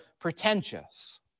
pretentious